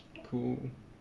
like 他是那个 theme